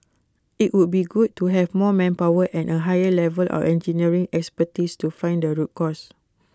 IT would be good to have more manpower and A higher level of engineering expertise to find the root cause